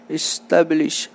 establish